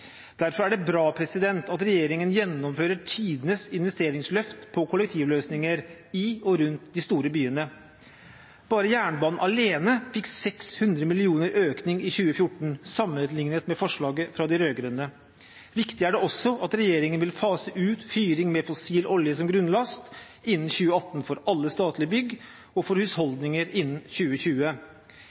Derfor er det bra at regjeringen gjennomfører tidenes investeringsløft på kollektivløsninger i og rundt de store byene. Bare jernbanen alene fikk 600 mill. kr i økning i 2014 sammenlignet med forslaget fra de rød-grønne. Viktig er det også at regjeringen vil fase ut fyring med fossil olje som grunnlast innen 2018 for alle statlige bygg, og for husholdninger innen 2020.